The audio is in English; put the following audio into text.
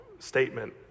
statement